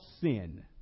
sin